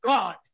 God